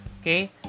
Okay